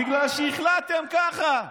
בגלל שהחלטתם ככה.